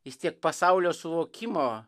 vis tiek pasaulio suvokimo